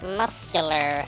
muscular